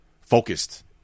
focused